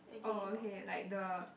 oh okay like the